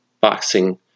boxing